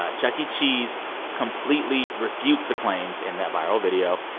ah chuck e. cheese completely refutes the claims in that viral video.